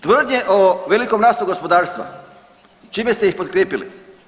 Tvrdnje o velikom rastu gospodarstva, čime ste ih potkrijepili?